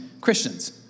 Christians